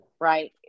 right